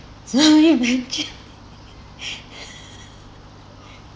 so imagine